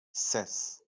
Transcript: ses